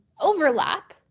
overlap